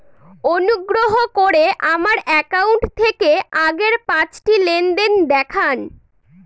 অনুগ্রহ করে আমার অ্যাকাউন্ট থেকে আগের পাঁচটি লেনদেন দেখান